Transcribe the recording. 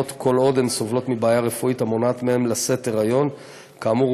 כל עוד הן סובלות מבעיה רפואית המונעת מהן לשאת היריון כאמור,